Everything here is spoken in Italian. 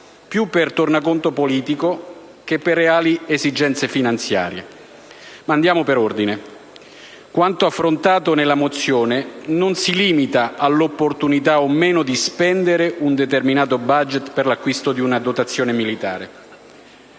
più per tornaconto politico che per reali esigenze finanziarie. Ma andiamo per ordine. Quanto affrontato nella mozione non si limita all'opportunità o meno di spendere un determinato *budget* per l'acquisto di una dotazione militare.